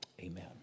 Amen